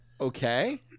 Okay